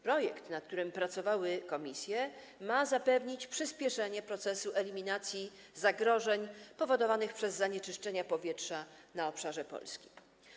Projekt, nad którym pracowały komisje, ma zapewnić przyspieszenie procesu eliminacji zagrożeń powodowanych przez zanieczyszczenie powietrza na obszarze Polski.